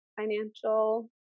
financial